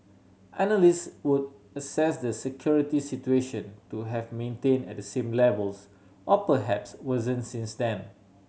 analyst would assess the security situation to have maintain at the same levels or perhaps worsen since then